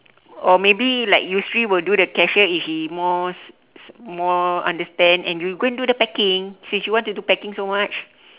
or maybe like yusri will do the cashier if he more more understand and you go and do the packing since you want to do packing so much